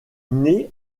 née